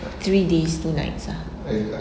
three days two nights ah